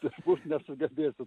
turbūt nesugebėsiu